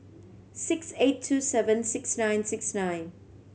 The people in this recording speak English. six eight two seven six nine six nine